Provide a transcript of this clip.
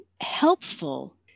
helpful